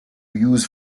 use